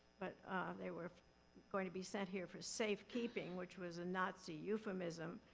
but they were going to be sent here for safekeeping, which was a nazi euphemism.